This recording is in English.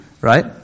right